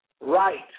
right